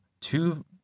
two